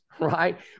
Right